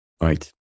Right